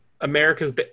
America's